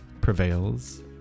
prevails